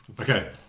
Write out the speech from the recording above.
Okay